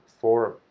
Forum